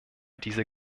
dieser